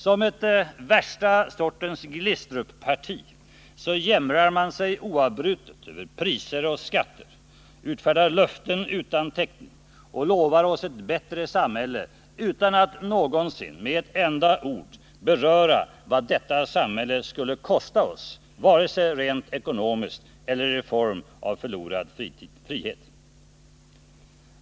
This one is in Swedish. Som ett Glistrupparti av värsta sort jämrar man sig oavbrutet över priser och skatter, utfärdar löften utan täckning och lovar oss ett bättre samhälle utan att någonsin med ett enda ord beröra vad detta samhälle skulle kosta oss, vare sig rent ekonomiskt eller i form av förlorad frihet.